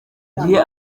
gihe